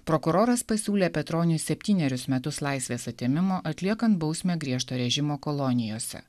prokuroras pasiūlė petroniui septynerius metus laisvės atėmimo atliekant bausmę griežto režimo kolonijose